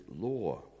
law